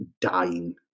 dying